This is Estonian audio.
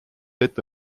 ette